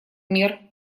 мер